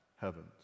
heavens